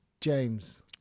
James